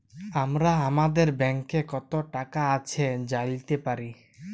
আমরা আমাদের ব্যাংকে কত টাকা আছে জাইলতে পারি